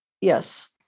yes